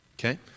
Okay